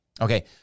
Okay